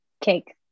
Cake